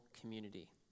community